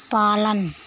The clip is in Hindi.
पालन